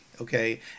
okay